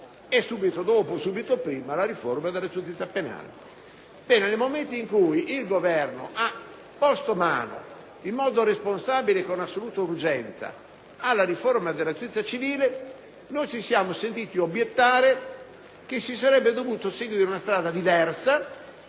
e subito dopo o subito prima la riforma della giustizia penale. Nel momento in cui il Governo ha posto mano in modo responsabile e con assoluta urgenza alla riforma della giustizia civile, noi ci siamo sentiti obiettare che si sarebbe dovuta seguire una strada diversa,